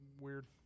weird